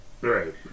right